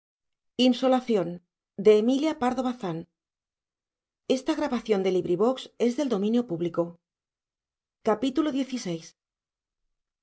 emilia pardo bazán